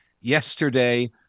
yesterday